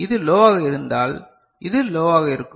இது லோவாக இருந்தால் இது லோவாக இருக்கும்